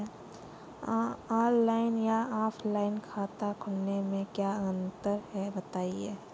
Online या offline खाता खोलने में क्या अंतर है बताएँ?